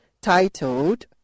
titled